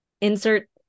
insert